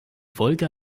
wolga